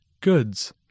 goods